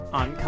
on